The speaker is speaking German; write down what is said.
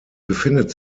befindet